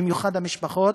במיוחד של המשפחות,